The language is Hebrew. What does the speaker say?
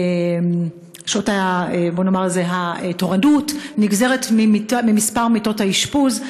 בוא נאמר, התורנות נגזרת ממספר מיטות האשפוז.